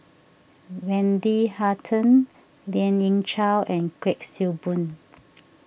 Wendy Hutton Lien Ying Chow and Kuik Swee Boon